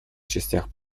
частях